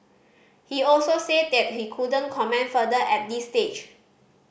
he also said that he couldn't comment further at this stage